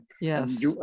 Yes